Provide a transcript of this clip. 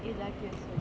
you like it also